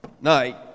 night